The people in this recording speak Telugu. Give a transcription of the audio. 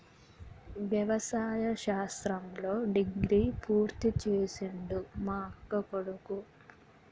వ్యవసాయ శాస్త్రంలో డిగ్రీ పూర్తి చేసిండు మా అక్కకొడుకు